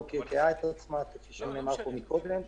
לא קרקעה את עצמה כפי שנאמר כאן מקודם.